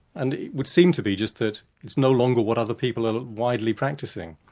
and it would seem to be just that it's no longer what other people are widely practising,